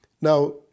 Now